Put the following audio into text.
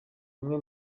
amwe